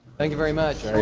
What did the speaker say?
thank you very much.